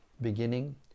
beginning